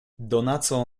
donaco